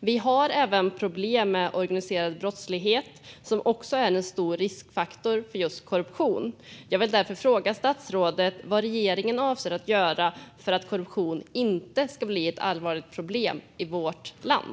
Vi har även problem med organiserad brottslighet, som också är en stor riskfaktor för just korruption. Jag vill därför fråga statsrådet vad regeringen avser att göra för att korruption inte ska bli ett allvarligt problem i vårt land.